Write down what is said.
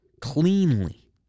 Cleanly